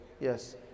Yes